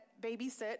babysit